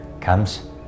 comes